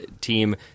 team